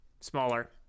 smaller